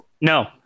No